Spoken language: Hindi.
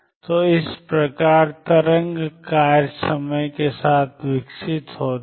तो इस प्रकार तरंग कार्य समय के साथ विकसित होते हैं